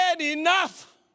enough